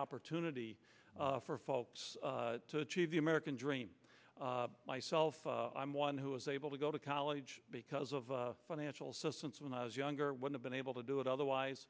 opportunity for folks to achieve the american dream myself i'm one who was able to go to college because of financial assistance when i was younger would have been able to do it otherwise